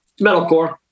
metalcore